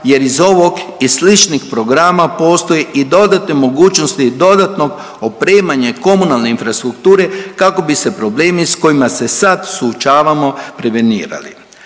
jer iz ovog i sličnih programa postoje i dodatne mogućnost i dodatnog opremanje komunalne infrastrukture kako bi se problemi sa kojima se sad suočavamo prevenirali.